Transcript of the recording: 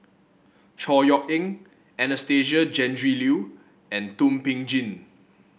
Chor Yeok Eng Anastasia Tjendri Liew and Thum Ping Tjin